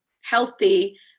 healthy